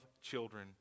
children